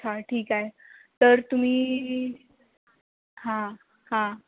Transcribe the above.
हं ठीक आहे तर तुम्ही हं हं